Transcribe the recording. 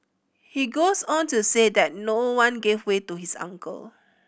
he goes on to say that no one gave way to his uncle